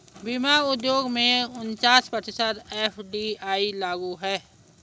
बीमा उद्योग में उनचास प्रतिशत एफ.डी.आई लागू है